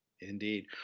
Indeed